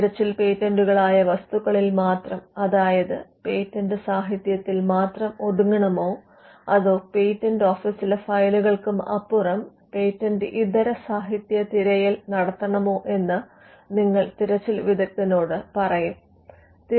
തിരച്ചിൽ പേറ്റന്റുകളായ വസ്തുക്കളിൽ മാത്രം അതായത് പേറ്റന്റ് സാഹിത്യത്തിൽ മാത്രം ഒതുങ്ങണമോ അതോ പേറ്റന്റ് ഓഫീസിലെ ഫയലുകൾക്കപ്പുറം പേറ്റന്റ് ഇതര സാഹിത്യ തിരയൽ നടത്തണമോ എന്ന് നിങ്ങൾ തിരച്ചിൽ വിദഗ്ധനോട് പറയണം